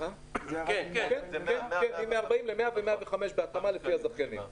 100 או 105. בהתאמה לפי הזכיינים.